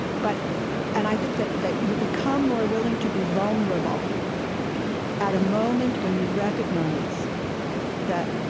but and i think that that you become more willing to be vulnerable at a moment when you recognize that